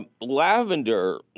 lavender